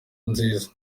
nziza